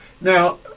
now